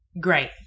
Great